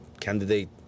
candidate